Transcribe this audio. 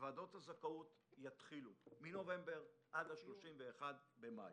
ועדות הזכאות יתחילו מנובמבר ועד 31 במאי.